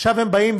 עכשיו הם אומרים: